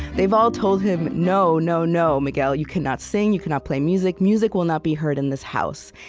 they've all told him no, no, no miguel, you cannot sing, you cannot play music. music will not be heard in this house.